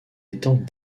étant